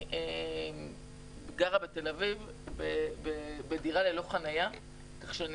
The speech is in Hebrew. אני גרה בתל אביב בדירה ללא חנייה, כך שאני